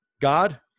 God